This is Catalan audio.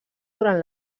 durant